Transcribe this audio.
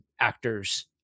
actors